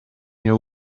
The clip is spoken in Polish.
nie